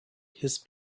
his